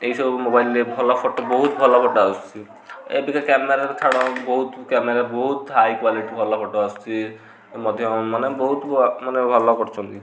ଏଇସବୁ ମୋବାଇଲ୍ରେ ଭଲ ଫଟୋ ବହୁତ ଭଲ ଫଟୋ ଆସୁଛି ଏବେକା କ୍ୟାମେରାର ଛାଡ଼ ବହୁତ କ୍ୟାମେରା ବହୁତ ହାଇ କ୍ଵାଲିଟି ଭଲ ଫଟୋ ଆସୁଚି ମଧ୍ୟ ମାନେ ବହୁତ ମାନେ ଭଲ କରୁଚନ୍ତି